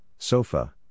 sofa